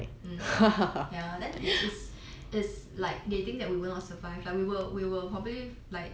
ya then it's it's like they think that we will not survive lah we will we will probably like